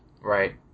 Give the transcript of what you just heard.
Right